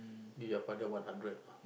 give your father one hundred